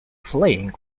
fleeing